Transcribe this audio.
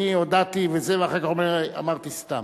אני הודעתי, וזה, ואחר כך הוא אומר, אמרתי סתם.